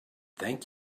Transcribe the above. thank